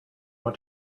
want